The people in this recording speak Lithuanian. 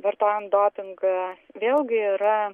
vartojant dopingą vėlgi yra